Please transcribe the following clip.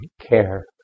care